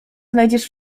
znajdziesz